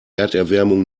erderwärmung